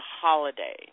holiday